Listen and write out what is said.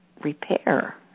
repair